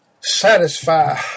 satisfy